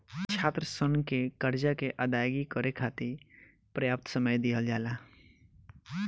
छात्रसन के करजा के अदायगी करे खाति परयाप्त समय दिहल जाला